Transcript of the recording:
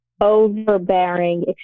overbearing